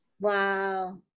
Wow